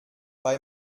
bei